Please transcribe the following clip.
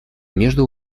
между